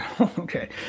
Okay